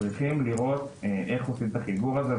צריכים לראות איך עושים את החיבור הזה,